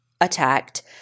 attacked